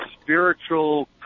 spiritual